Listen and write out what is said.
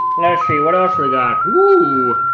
you know see what else we got. whoo,